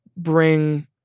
bring